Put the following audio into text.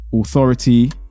authority